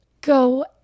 go